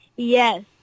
Yes